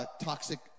toxic